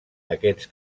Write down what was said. aquests